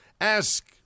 Ask